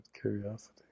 curiosity